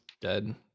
dead